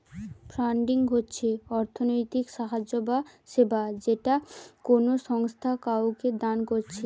funding হচ্ছে অর্থনৈতিক সাহায্য বা সেবা যেটা কোনো সংস্থা কাওকে দান কোরছে